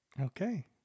Okay